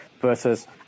versus